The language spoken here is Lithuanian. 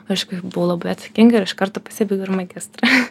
aišku buvau labai atsakinga ir iš karto pasibaigiau ir magistrą